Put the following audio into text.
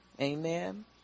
Amen